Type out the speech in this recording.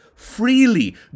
freely